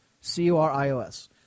C-U-R-I-O-S